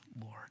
Lord